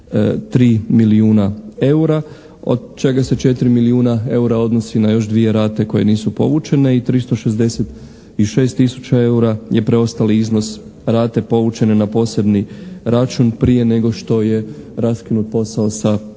4,3 milijuna eura od čega se 4 milijuna eura odnosi na još 2 rate koje nisu povučene i 366 tisuća eura je preostali iznos rate povučene na posebni račun prije nego što je raskinut posao sa Europskom